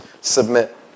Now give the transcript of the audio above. submit